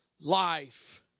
life